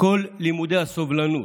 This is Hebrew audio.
כל לימודי הסובלנות,